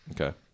okay